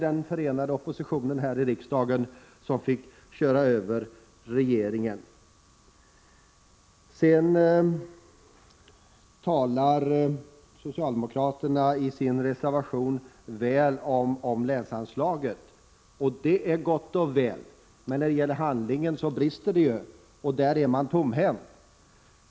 Den förenade oppositionen här i riksdagen fick köra över regeringen för att åstadkomma det. Socialdemokraterna talar i sin reservation väl om länsanslagen, och det är gott och väl, men när det kommer till handling brister det; då står man tomhänt.